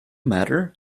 matter